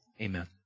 Amen